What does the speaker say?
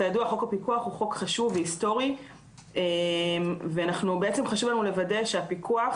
כידוע חוק הפיקוח הוא חוק חשוב והיסטורי וחשוב לנו לוודא שהפיקוח